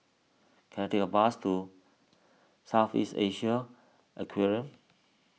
can I take a bus to South East Asian Aquarium